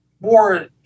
more